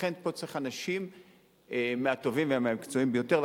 לכן, פה צריך אנשים מהטובים ומהמקצועיים ביותר.